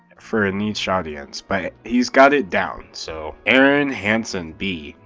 for a niche audience. but, he's got it down, so. arin hanson, b.